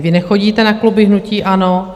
Vy nechodíte na kluby hnutí ANO.